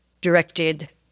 directed